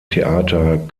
theater